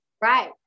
right